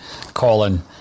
Colin